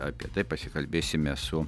apie tai pasikalbėsime su